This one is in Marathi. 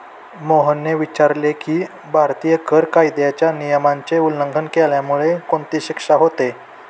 मोहनने विचारले की, भारतीय कर कायद्याच्या नियमाचे उल्लंघन केल्यामुळे कोणती शिक्षा होते?